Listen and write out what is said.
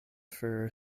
for